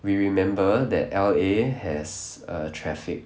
we remember that L_A has a traffic